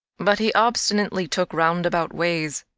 but he obstinately took roundabout ways,